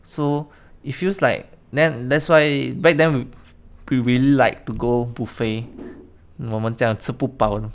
so it feels like then that's why back then we really like to go buffet 我们这样吃不饱